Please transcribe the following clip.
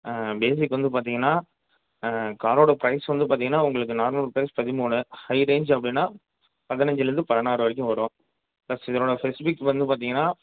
basic வந்து பார்த்திங்கன்னா காரோட பிரைஸ் வந்து பார்த்திங்கன்னா உங்களுக்கு நார்மல் பிரைஸ் பதிமூணு ஹை ரேஞ்ச் அப்படின்னா பதினஞ்சுலிருந்து பதினாறு வரைக்கும் வரும் ப்ளஸ் இதனோட ஸ்பெசிஃபிக் வந்து பார்த்திங்கன்னா